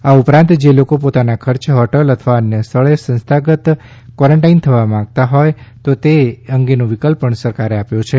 આ ઉપરાંત જે લોકો પોતાના ખર્ચે હોટેલ અથવા અન્ય સ્થળે સંસ્થાગત કવોરન્ટાઇન થવા માગતા હોય તો એ અંગેનો વિકલ્પ પણ સરકારે આપ્યો છે